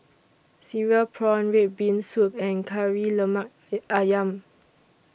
Cereal Prawns Red Bean Soup and Kari Lemak Ayam